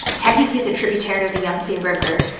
ah technically, it's a tributary of the yangtze river.